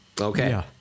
Okay